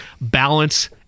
balance